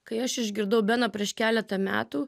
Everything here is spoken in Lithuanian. kai aš išgirdau beną prieš keletą metų